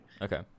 Okay